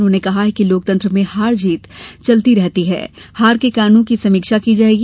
उन्होंने कहा कि लोकतंत्र में हार जीत चलती रहती है हार के कारणों की समीक्षा की जाएगी